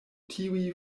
tiuj